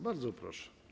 Bardzo proszę.